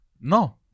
no